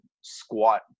squat